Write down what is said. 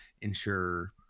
ensure